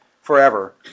forever